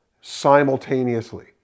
simultaneously